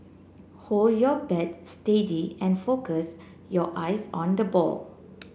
hold your bat steady and focus your eyes on the ball